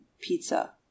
pizza